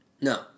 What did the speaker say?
No